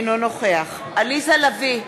אינו נוכח עליזה לביא,